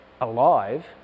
alive